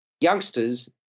youngsters